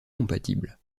compatibles